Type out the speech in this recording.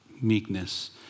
meekness